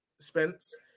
Spence